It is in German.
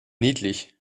niedlich